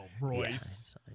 Royce